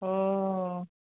অঁ